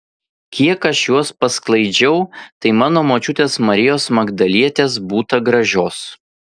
kiek aš juos pasklaidžiau tai mano močiutės marijos magdalietės būta gražios